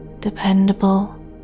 dependable